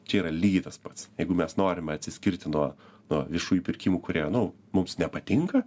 čia yra lygiai tas pats jeigu mes norime atsiskirti nuo nuo viešųjų pirkimų kurie nu mums nepatinka